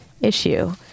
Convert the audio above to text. issue